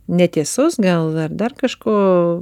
netiesos gal ar dar kažko